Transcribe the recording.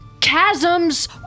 chasms